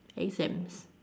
exams